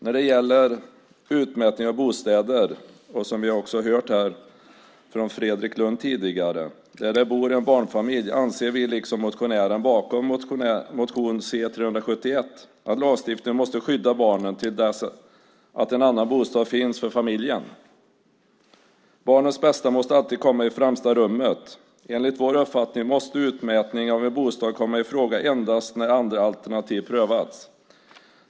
När det gäller utmätning av bostäder, som vi hörde från Fredrik Lundh tidigare, där det bor en barnfamilj anser vi liksom motionären bakom motion C371 att lagstiftningen måste skydda barnen till dess att en annan bostad finns för familjen. Barnens bästa måste alltid komma i främsta rummet. Enligt vår uppfattning måste utmätning av en bostad komma i fråga endast när alla andra alternativ prövats.